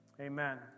amen